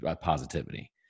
positivity